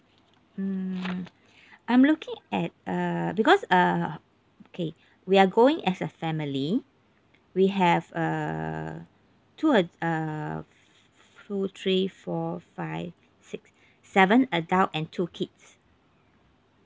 mm I'm looking at err because err okay we are going as a family we have uh two ad~ err two three four five six seven adult and two kids